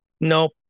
Nope